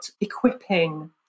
equipping